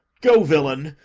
go, villain,